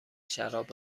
شراب